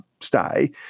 stay